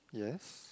yes